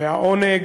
והעונג